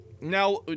Now